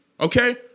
Okay